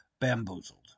bamboozled